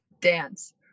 Dance